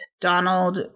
Donald